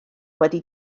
wedi